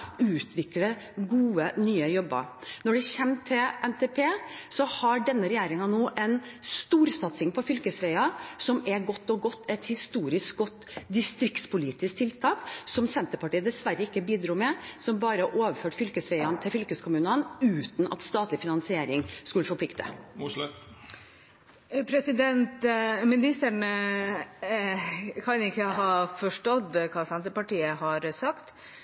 utvikle gode nye jobber. Når det kommer til NTP, har denne regjeringen en storsatsing på fylkesveiene, som er et historisk godt distriktspolitisk tiltak, noe som Senterpartiet dessverre ikke bidro til. De vil bare overføre fylkesveiene til fylkeskommunene, uten at statlig finansering skal forplikte. Statsråden kan ikke ha forstått hva Senterpartiet har sagt.